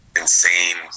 insane